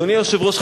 אדוני היושב-ראש,